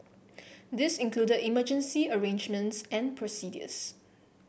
this included emergency arrangements and procedures